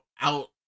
out